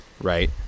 right